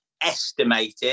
estimated